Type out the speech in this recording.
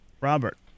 Robert